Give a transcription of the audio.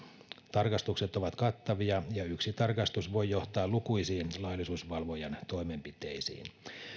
tarkastukset ovat kattavia ja yksi tarkastus voi johtaa lukuisiin laillisuusvalvojan toimenpiteisiin